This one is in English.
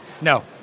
No